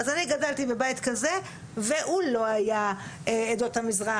אז אני גדלתי בבית כזה, והוא לא היה עדות המזרח.